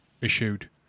issued